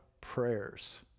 prayers